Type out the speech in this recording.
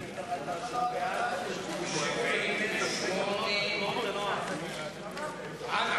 אני מסיר את ההסתייגויות עד